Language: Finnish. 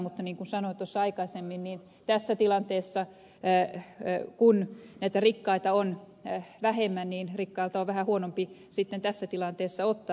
mutta niin kuin sanoin tuossa aikaisemmin tässä tilanteessa kun näitä rikkaita on vähemmän rikkailta on vähän huonompi sitten tässä tilanteessa ottaa